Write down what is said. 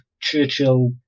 Churchill